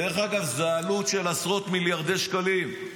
דרך אגב, זה עלות של עשרות מיליארדי שקלים.